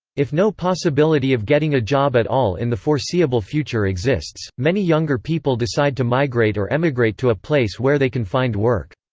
if no possibility of getting a job at all in the foreseeable future exists, many younger people decide to migrate or emigrate to a place where they can find work.